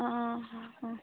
অঁ অঁ অঁ